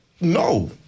No